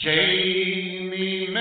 Jamie